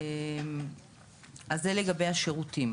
זה לגבי השירותים.